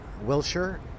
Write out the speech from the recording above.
Wilshire